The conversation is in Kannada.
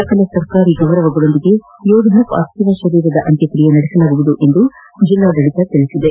ಸಕಲ ಸರ್ಕಾರಿ ಗೌರವಗಕೊಂದಿಗೆ ಯೋಧನ ಪಾರ್ಥಿವ ಶರೀರದ ಅಂತ್ರಕ್ಷಿಯೆ ನಡೆಸಲಾಗುವುದು ಎಂದು ಜಿಲ್ಲಾಡಳಿತ ತಿಳಿಸಿದೆ